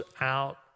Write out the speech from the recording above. out